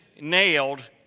nailed